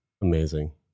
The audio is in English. amazing